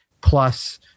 plus